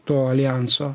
to aljanso